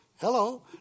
Hello